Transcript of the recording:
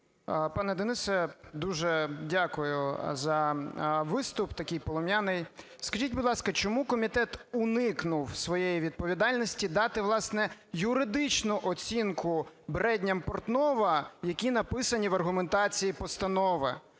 Пане Денисе, дуже дякую за виступ такий полум'яний. Скажіть, будь ласка, чому комітет уникнув своєї відповідальності дати, власне, юридичну оцінку "бредням Портнова", які написані в аргументації постанови?